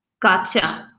gotcha,